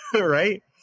right